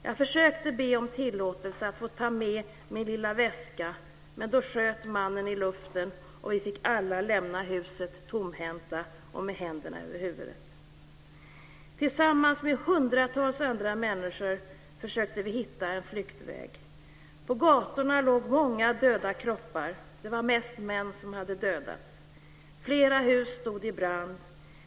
Jag försökte be om tillåtelse att få ta med min lilla väska, men då sköt mannen i luften och vi fick alla lämna huset tomhänta och med händerna över huvudet." Jeanette fortsätter: Tillsammans med hundratals andra människor försökte vi hitta en flyktväg. På gatorna låg många döda kroppar. Det var mest män som hade dödats. Flera hus stod i brand.